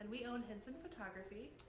and we own hinson photography.